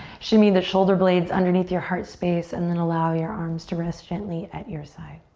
shimmy the shoulder blades underneath your heart space and then allow your arms to rest gently at your side.